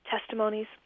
testimonies